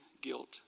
guilt